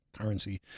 currency